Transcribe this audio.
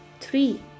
Three